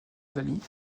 daly